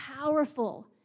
powerful